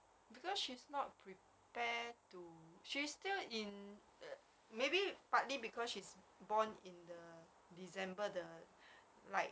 because she's not prepare to she's still in uh maybe partly because she's born in the december the like